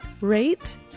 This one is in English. rate